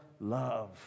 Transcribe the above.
love